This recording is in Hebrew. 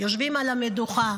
יושבים על המדוכה.